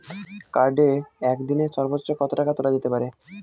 কার্ডে একদিনে সর্বোচ্চ কত টাকা তোলা যেতে পারে?